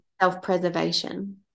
self-preservation